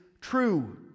true